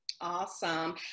Awesome